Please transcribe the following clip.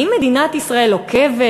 האם מדינת ישראל עוקבת?